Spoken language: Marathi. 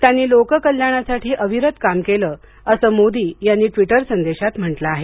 त्यांनी लोककल्याणासाठी अविरत काम केले असे मोदी यांनी ट्विटर संदेशात म्हटले आहे